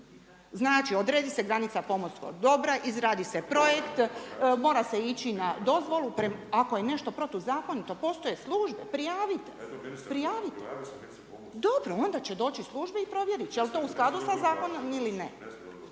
Znači odredi se granica pomorskog dobra, izradi se projekt, mora se ići na dozvolu. Ako je nešto protuzakonito, postoje službe, prijavite, prijavite. …/Upadica se ne čuje./… Dobro, onda će doći službe i provjeriti će je li to u skladu sa zakonom ili ne.